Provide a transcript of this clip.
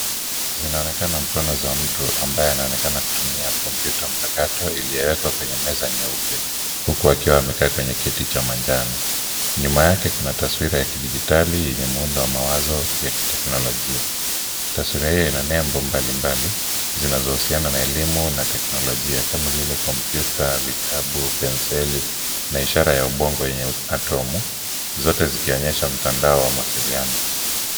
Zinaonekana mikono za mtu ambaye anaonekana kutumia kompyuta mpakato iliyowekwa kwenye meza nyeupe. Huku akiwa amekaa kwenye kiti cha manjano. Nyuma yake kuna taswira ya kidigitali yenye muundo wa mawazo ya kiteknolojia. Taswira hii ina nembo mbalimbali zinazohusiana na elimu na teknolojia kama vile kompyuta, vitabu, penseli na ishara ya ubongo yenye atomu, zote zikionyesha mtandao wa mawasiliano.